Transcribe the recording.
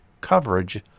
coverage